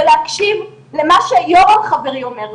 ולהקשיב למה שיורם חברי אומר,